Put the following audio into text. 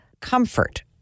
comfort